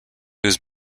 was